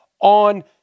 on